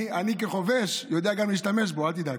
אני, כחובש, יודע גם להשתמש בו, אל תדאג.